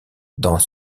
dans